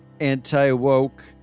anti-woke